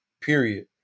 period